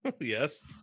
Yes